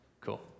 Cool